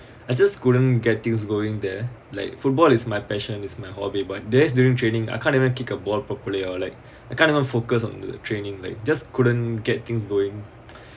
I just couldn't get things going there like football is my passion is my hobby but there's during training I can't even kick a ball properly or like I can't even focus on training like just couldn't get things going